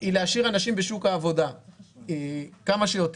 היא להשאיר אנשים בשוק העבודה כמה שיותר.